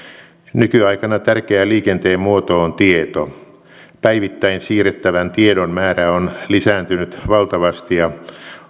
nykyaikana tärkeä liikenteen muoto on tieto päivittäin siirrettävän tiedon määrä on lisääntynyt valtavasti ja